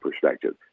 perspective